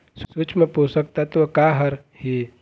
सूक्ष्म पोषक तत्व का हर हे?